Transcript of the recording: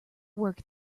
work